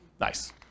Nice